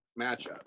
matchup